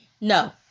No